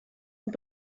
und